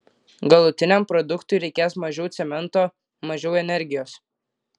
galutiniam produktui reikės mažiau cemento mažiau energijos